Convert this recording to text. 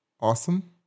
awesome